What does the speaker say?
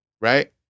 right